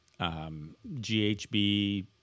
GHB